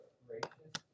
gracious